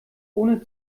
ohne